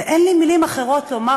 ואין לי מילים אחרות לומר,